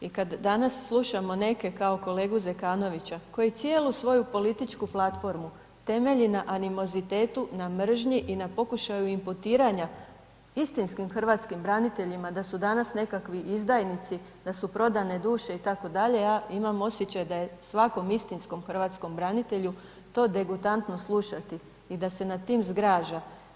I kad danas slušamo neke kao kolegu Zekanovića koji cijelu svoju političku platformu temelji na animozitetu, na mržnji i na pokušaju imputiranja istinskim hrvatskim braniteljima da su danas nekakvi izdajnici, da su prodane duše itd., ja imam osjećaj da je svakom istinskom hrvatskom branitelju to degutantno slušati i da se nad tim zgraža.